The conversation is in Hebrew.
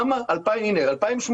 2018